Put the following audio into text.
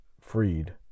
freed